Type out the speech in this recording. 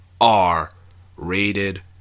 R-rated